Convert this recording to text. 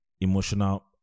emotional